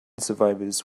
survivors